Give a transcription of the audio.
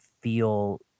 feel